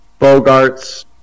Bogarts